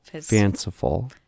Fanciful